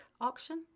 auction